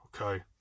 Okay